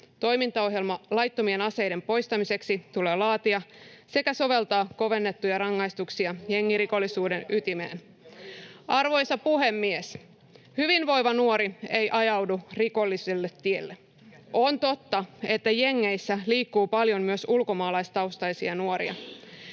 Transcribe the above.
toimintaohjelma laittomien aseiden poistamiseksi tulee laatia sekä soveltaa kovennettuja rangaistuksia jengirikollisuuden ytimeen. [Mika Niikko: Kuulostaa vaalipuheelta! Teillä oli koko vaalikausi aikaa!] Arvoisa puhemies! Hyvinvoiva nuori ei ajaudu rikolliselle tielle. On totta, että jengeissä liikkuu paljon myös ulkomaalaistaustaisia nuoria,